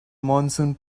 monsoon